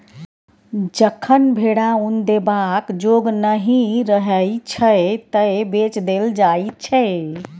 जखन भेरा उन देबाक जोग नहि रहय छै तए बेच देल जाइ छै